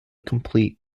complete